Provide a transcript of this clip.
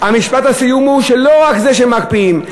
משפט הסיום הוא שלא רק שמקפיאים,